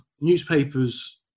newspapers